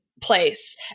place